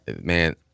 Man